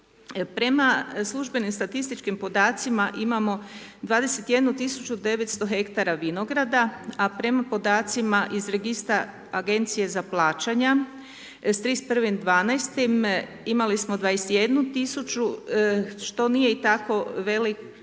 Prema službenim statističkim podacima imamo 21 900 hektara vinograda, a prema podacima iz registra agencije za plaćanja s 31.12. imali smo 21 000 što nije i tako veliki